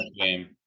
game